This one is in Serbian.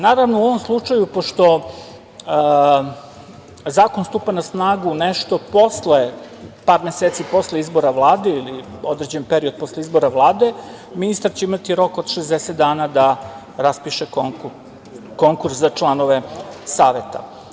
Naravno, u ovom slučaju pošto zakon stupa na snagu nešto posle par meseci, posle izbora Vlade ili određen period posle izbora Vlade, ministar će imati rok od 60 dana da raspiše konkurs za članove Saveta.